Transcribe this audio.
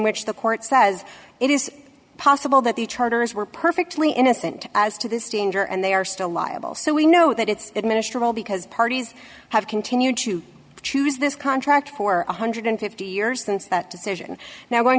which the court says it is possible that the chargers were perfectly innocent as to this danger and they are still liable so we know that it's ministry role because parties have continued to choose this contract for one hundred and fifty years since that decision now going